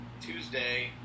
Tuesday